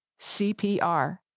CPR